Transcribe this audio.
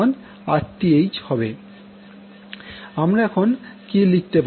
আমরা এখন কি লিখতে পারি